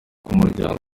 k’umuryango